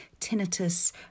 tinnitus